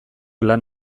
lan